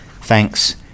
Thanks